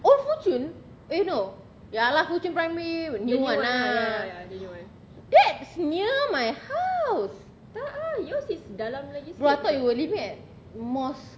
old fuchun eh no ya lah fuchun primary new one lah that's near my house then I thought you were living at mos